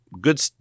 good